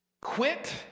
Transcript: quit